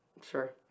Sure